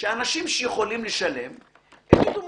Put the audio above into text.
שאנשים שיכולים לשלם יגידו,